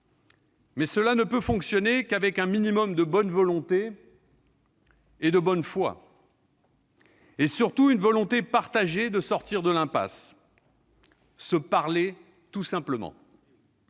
cela ne peut fonctionner qu'avec un minimum de bonne volonté et de bonne foi, et, surtout, une volonté partagée de sortir de l'impasse : se parler, tout simplement.